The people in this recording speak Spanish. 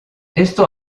esto